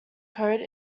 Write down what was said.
code